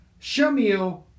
Shamil